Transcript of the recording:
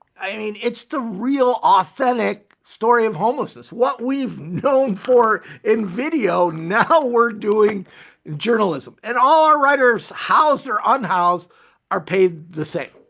i mean, it's the real authentic story of homelessness, what we've known for in video, now we're doing journalism. and all our writers housed or unhoused are paid the same.